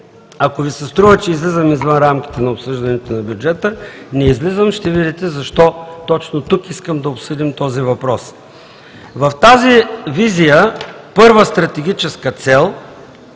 Ако Ви се струва, че излизам извън рамките на обсъждането на бюджета – не излизам, ще видите защо точно тук искам да обсъдим този въпрос. В тази визия като първа стратегическа цел